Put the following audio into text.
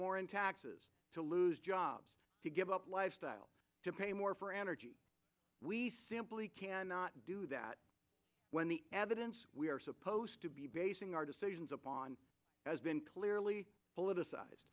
more in taxes to lose jobs to give up lifestyles to pay more for energy we simply cannot do that when the evidence we are supposed to be basing our decisions upon has been clearly politicized